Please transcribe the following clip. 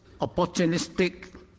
opportunistic